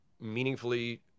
meaningfully